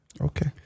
okay